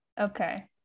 Okay